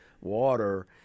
water –